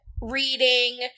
reading